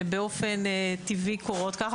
שבאופן טבעי קורות כך,